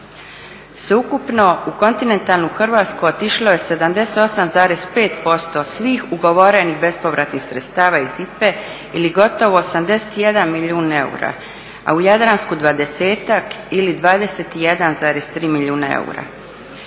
Sveukupno u kontinentalnu Hrvatsku otišlo je 78,5% svih ugovorenih bespovratnih sredstava iz IPA-e ili gotovo 81 milijun eura, a u jadransku 20-ak ili 21,3 milijuna eura.